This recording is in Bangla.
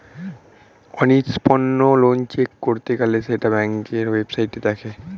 অনিষ্পন্ন লোন চেক করতে গেলে সেটা ব্যাংকের ওয়েবসাইটে দেখে